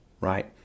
Right